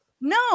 No